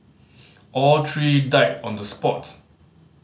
all three died on the spot